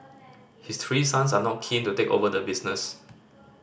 his three sons are not keen to take over the business